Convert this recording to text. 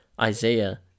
Isaiah